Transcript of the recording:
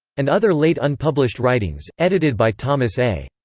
and other late unpublished writings, edited by thomas a.